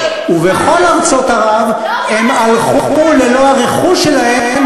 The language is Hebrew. ומכל ארצות ערב הם הלכו ללא הרכוש שלהם,